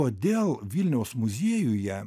kodėl vilniaus muziejuje